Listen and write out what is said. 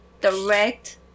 direct